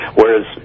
whereas